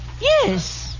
Yes